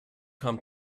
kam